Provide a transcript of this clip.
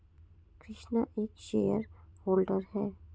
कृष्णा एक shareholder है